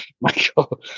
michael